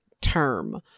term